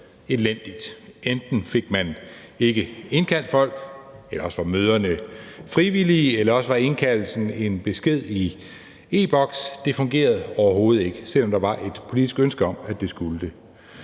Enten fik man ikke indkaldt folk, eller også var møderne frivillige, eller også var indkaldelsen en besked i e-Boks. Det fungerede overhovedet ikke, selv om der var et politisk ønske om, at det skulle